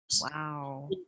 Wow